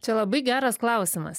čia labai geras klausimas